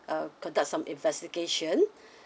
uh the conduct some investigation